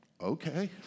Okay